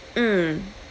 mm